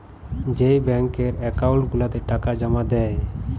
যেই ব্যাংকের একাউল্ট গুলাতে টাকা জমা দেই